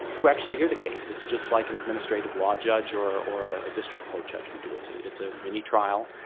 who actually hear the case. it's just like an administrative law judge or or ah a district court judge would do. it's ah it's a mini trial.